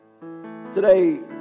today